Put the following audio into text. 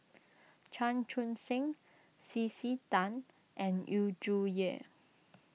Chan Chun Sing C C Tan and Yu Zhuye